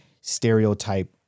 stereotype